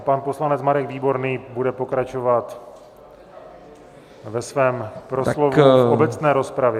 Pan poslanec Marek Výborný bude pokračovat ve svém proslovu v obecné rozpravě.